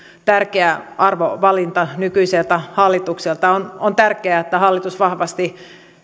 tärkeä arvovalinta nykyiseltä hallitukselta on tärkeää että hallitus vahvasti